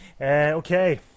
Okay